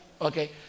Okay